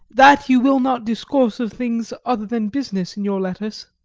that you will not discourse of things other than business in your letters.